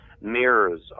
mirrors